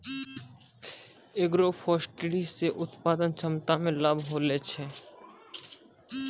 agroforestry से उत्पादन क्षमता मे लाभ होलो छै